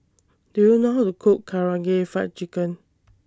Do YOU know How to Cook Karaage Fried Chicken